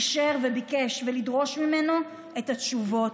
אישור וביקש ולדרוש ממנו את התשובות.